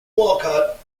walcott